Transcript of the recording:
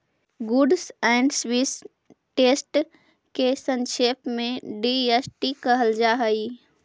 goods and service टेस्ट के संक्षेप में जी.एस.टी कहल जा हई